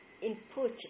input